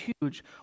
huge